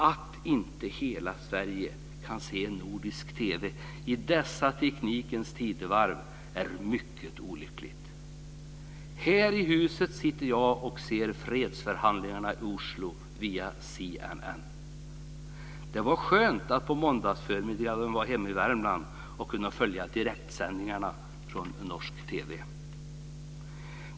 Att inte hela Sverige kan se nordisk TV är i detta teknikens tidevarv mycket olyckligt. Här i huset sitter jag och ser fredsförhandlingarna i Oslo via CNN. Det var skönt att på måndagsförmiddagen vara hemma i Värmland och kunna följa direktsändningarna från norsk TV.